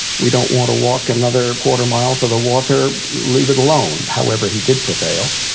we don't want to walk another quarter mile for the water, leave it alone. however, he did prevail.